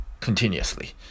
continuously